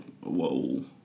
whoa